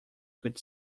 could